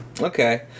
okay